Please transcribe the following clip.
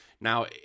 Now